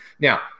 Now